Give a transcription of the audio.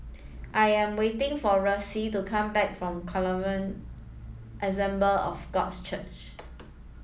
I am waiting for Ressie to come back from Assemble of Gods Church